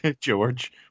George